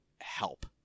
help